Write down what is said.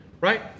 right